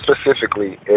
specifically